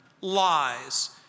lies